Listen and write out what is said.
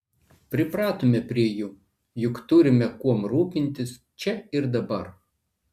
pripratome prie jų juk turime kuom rūpintis čia ir dabar